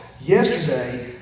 yesterday